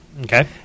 Okay